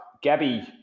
Gabby